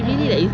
okay